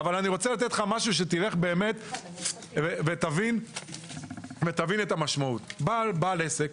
אבל אני רוצה לתת לך משהו שתלך ותבין את המשמעות: בעל עסק